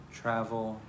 travel